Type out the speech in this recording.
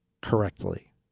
correctly